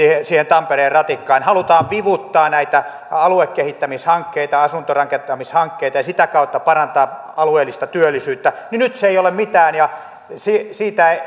nyt siihen tampereen ratikkaan halutaan vivuttaa näitä aluekehittämishankkeita asuntorakentamishankkeita ja sitä kautta parantaa alueellista työllisyyttä niin nyt se ei ole mitään ja moititaan